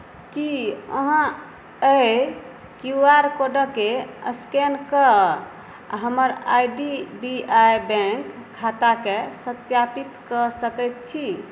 कि अहाँ एहि क्यू आर कोडकेँ एस्कैन कऽ हमर I D B I bank खाताकेँ सत्यापित कऽ सकै छी